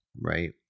right